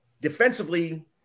defensively